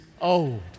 old